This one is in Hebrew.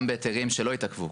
גם בהיתרים שלא התעכבו.